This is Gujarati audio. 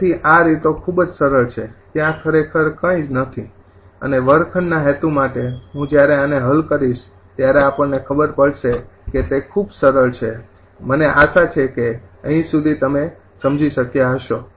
તેથી આ રીતો ખૂબ જ સરળ છે ત્યાં ખરેખર કંઈ નથી અને વર્ગખંડના હેતુ માટે હું જ્યારે આને હલ કરીશ ત્યારે આપણને ખબર પડશે કે તે ખૂબ સરળ છેઅને આશા છે કે અહી સુધી તમે આ સમજી શક્યા હશો